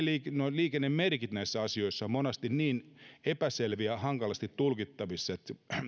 liikennemerkit näissä asioissa ovat monasti niin epäselviä ja hankalasti tulkittavissa että